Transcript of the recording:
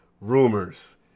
rumors